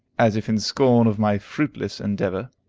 as if in scorn of my fruitless endeavor